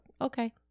okay